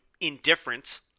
indifferent